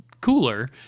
cooler